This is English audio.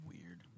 Weird